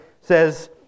says